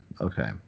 okay